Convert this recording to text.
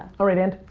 alright, and.